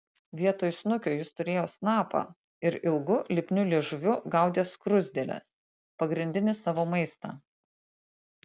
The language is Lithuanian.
vietoj snukio jis turėjo snapą ir ilgu lipniu liežuviu gaudė skruzdėles pagrindinį savo maistą